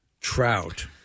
Trout